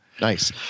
Nice